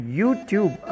YouTube